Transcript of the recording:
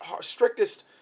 strictest